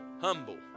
humble